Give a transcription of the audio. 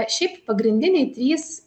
šiaip pagrindiniai trys